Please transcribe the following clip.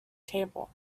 table